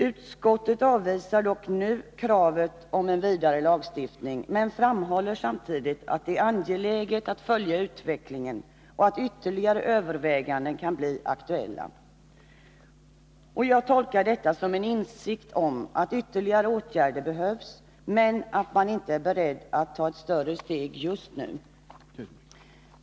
Utskottet avvisar dock nu kraven på en vidare lagstiftning, men framhåller samtidigt att det är angeläget att följa utvecklingen och att ytterligare överväganden kan bli aktuella. Jag tolkar detta som att det föreligger en insikt om att ytterligare åtgärder behövs, men att man inte är beredd att ta ett ytterligare steg just nu.